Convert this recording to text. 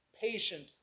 patient